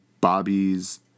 Bobby's